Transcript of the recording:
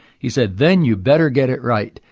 he said then you'd better get it right,